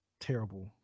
terrible